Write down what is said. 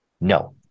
No